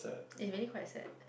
it's really quite sad